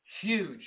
Huge